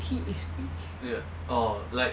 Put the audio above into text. key is we